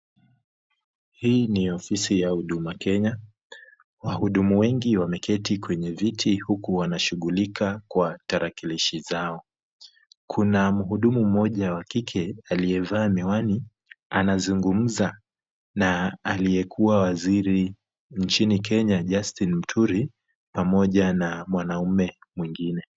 Hii ni ofisi ya Huduma Kenya, wahudumu wengi wameketi kwenye viti huku wanashughulika kwa tarakilishi zao. Kuna mhudumu mmoja wa kike aliyevaa miwani anazungumza na aliyekuwa waziri nchini Kenya Justin Muturi pamoja na mwanamume mwingine.